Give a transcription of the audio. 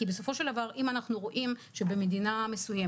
כי בסופו של דבר אם אנחנו רואים שבמדינה מסוימת